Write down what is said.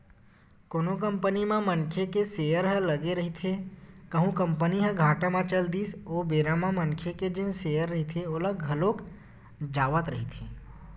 कोनो कंपनी म मनखे के सेयर ह लगे रहिथे कहूं कंपनी ह घाटा म चल दिस ओ बेरा म मनखे के जेन सेयर रहिथे ओहा घलोक जावत रहिथे